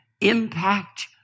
impact